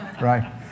right